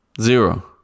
Zero